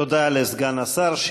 תודה לסגן השר.